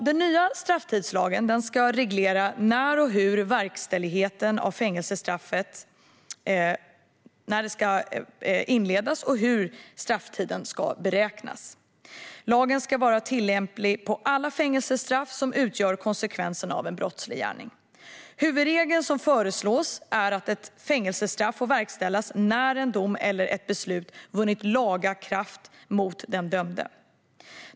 Den nya strafftidslagen ska reglera när och hur verkställigheten av fängelsestraffet ska inledas och hur strafftiden ska beräknas. Lagen ska vara tillämplig på alla fängelsestraff som utgör konsekvensen av en brottslig gärning. Huvudregeln som föreslås är att ett fängelsestraff får verkställas när en dom eller ett beslut vunnit laga kraft mot den dömde.